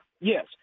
Yes